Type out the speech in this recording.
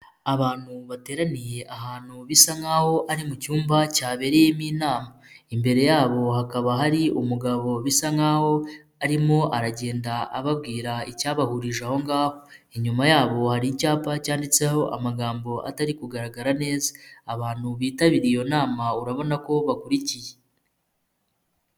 Abantu bateraniye ahantu bisa nk nk'aho ari mu cyumba cyabereyemo inama, imbere yabo hakaba hari umugabo bisa nk'aho arimo aragenda ababwira icyabahurije ahongaho, inyuma yabo hari icyapa cyanditseho amagambo atari kugaragara neza, abantu bitabiriye iyo nama urabona ko bakurikiye.